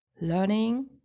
learning